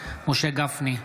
משה גפני,